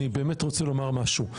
אני באמת רוצה לומר משהו.